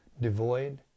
devoid